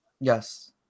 Yes